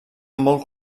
molt